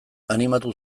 animatu